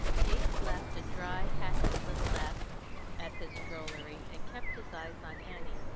gates laughed a dry, hacking little laugh at his drollery, and kept his eyes on annie.